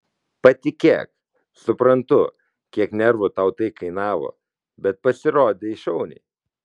patikėk suprantu kiek nervų tau tai kainavo bet pasirodei šauniai